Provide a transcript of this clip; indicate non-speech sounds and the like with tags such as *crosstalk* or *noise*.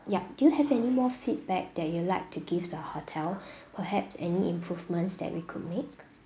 yup do you have any more feedback that you would like to give the hotel *breath* perhaps any improvements that we could make